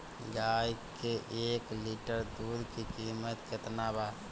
गाय के एक लिटर दूध के कीमत केतना बा?